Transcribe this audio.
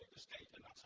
the state, and